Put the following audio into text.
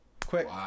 quick